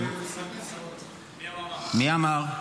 מי אמר?